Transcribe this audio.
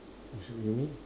so you mean